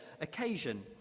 occasion